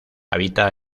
habita